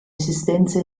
esistenza